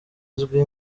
uzwi